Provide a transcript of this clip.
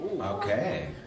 Okay